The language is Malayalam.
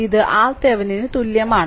ഇത് RThevenin തുല്യമാണ്